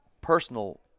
personal